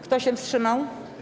Kto się wstrzymał?